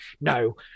no